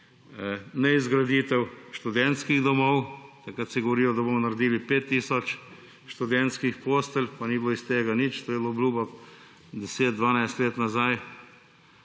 neizgraditev študentskih domov. Takrat se je govorilo, da bomo naredili 5 tisoč študentskih postelj, pa ni bilo iz tega nič. To je bila obljuba 10, 12 let nazaj.